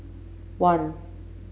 one